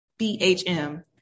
bhm